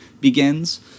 begins